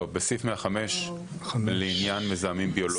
לא, בסעיף 105 לעניין מזהמים ביולוגיים.